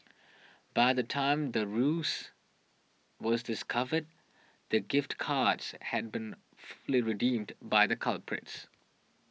by the time the ruse was discovered the gift cards had been fully redeemed by the culprits